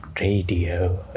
radio